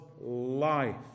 life